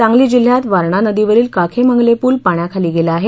सांगली जिल्ह्यात वारणा नदीवरील काखे मांगले पूल पाण्याखाली गेला आहे